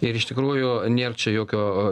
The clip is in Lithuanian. ir iš tikrųjų nėr čia jokio